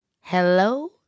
Hello